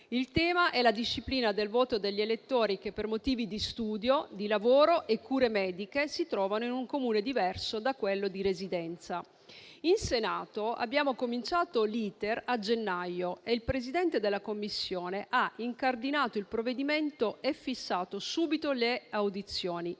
Il tema è la disciplina del voto degli elettori che per motivi di studio, di lavoro e cure mediche si trovano in un Comune diverso da quello di residenza. In Senato, abbiamo cominciato l'*iter* a gennaio e il Presidente della Commissione ha incardinato il provvedimento e fissato subito le audizioni